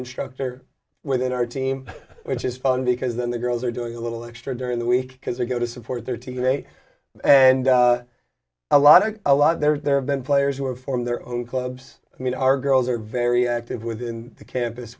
instructor within our team which is fun because then the girls are doing a little extra during the week because they go to support their team today and a lot of a lot there have been players who are form their own clubs i mean our girls are very active within the campus